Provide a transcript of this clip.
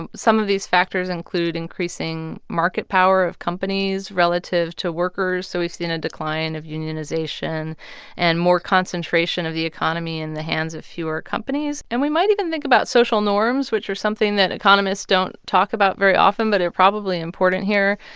um some of these factors include increasing market power of companies relative to workers. so we've seen a decline of unionization and more concentration of the economy in the hands of fewer companies. and we might even think about social norms, which are something that economists don't talk about very often but are probably important here.